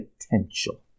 potential